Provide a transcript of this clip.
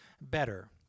better